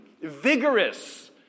Vigorous